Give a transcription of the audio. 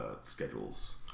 schedules